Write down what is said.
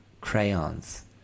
crayons